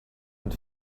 and